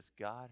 God